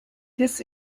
this